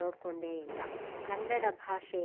ನೋಡಿಕೊಂಡೇ ಇಲ್ಲ ಕನ್ನಡ ಭಾಷೆ